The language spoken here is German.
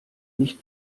nicht